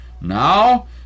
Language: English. Now